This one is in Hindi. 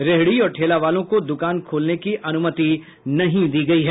रेहड़ी और ठेला वालों को दुकान खोलने की अनुमति नहीं दी गयी है